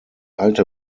alte